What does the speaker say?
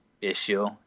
issue